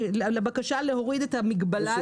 לבקשה להוריד את המגבלה הזאת.